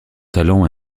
talent